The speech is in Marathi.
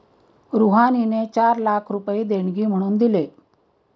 रुहानीने चार लाख रुपये देणगी म्हणून दिले